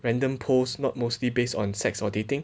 random post not mostly based on sex or dating